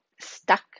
stuck